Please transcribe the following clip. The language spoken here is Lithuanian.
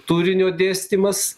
turinio dėstymas